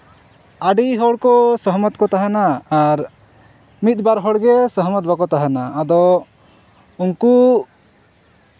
ᱟᱹᱰᱤ ᱦᱚᱲ ᱠᱚ ᱥᱚᱦᱢᱚᱛ ᱠᱚ ᱛᱟᱦᱮᱱᱟ ᱟᱨ ᱢᱤᱫ ᱵᱟᱨ ᱦᱚᱲᱜᱮ ᱥᱚᱦᱚᱢᱚᱛ ᱵᱟᱠᱚ ᱛᱟᱦᱮᱱᱟ ᱟᱫᱚ ᱩᱱᱠᱩ